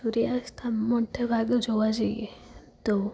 સૂર્યાસ્ત આમ મોટા ભાગે જોવા જઈએ તો